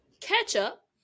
Ketchup